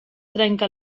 trenca